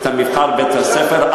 את מבחר בית-הספר,